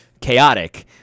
chaotic